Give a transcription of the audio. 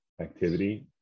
activity